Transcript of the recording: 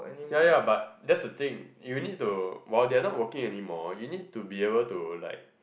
ya ya but that's the thing you need to while they are not working anymore you need to be able to like